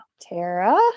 Tara